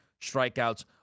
strikeouts